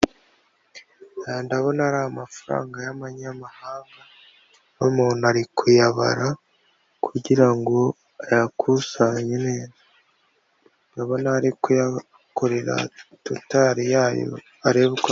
Aya ndabona ari amafaranga y'amanyamahanga, umuntu ari kuyabara kugira ngo ayakusanye neza, ndabona ari kuyakorera totari yayo arebe.